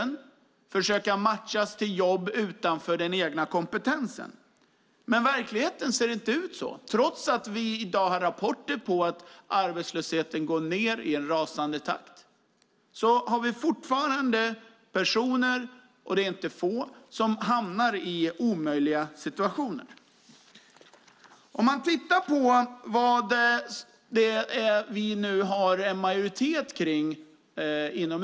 Man skulle försöka matcha dem till jobb utanför det egna kompetensområdet. Men verkligheten ser inte ut så. Trots att vi i dag har rapporter om att arbetslösheten minskar i en rasande takt är det fortfarande inte få personer som hamnar i omöjliga situationer. Man kan titta på vad vi i utskottet nu har en majoritet kring.